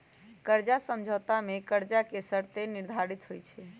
कर्जा समझौता में कर्जा के शर्तें निर्धारित होइ छइ